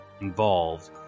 involved